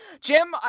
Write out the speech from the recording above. Jim